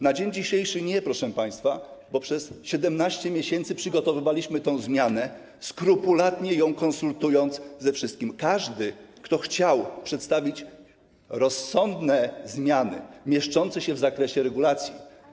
Na dzień dzisiejszy nie, proszę państwa, bo przez 17 miesięcy przygotowywaliśmy tę zmianę, skrupulatnie ją konsultując ze wszystkimi, z każdym, kto chciał przedstawić rozsądne zmiany mieszczące się w zakresie regulacji.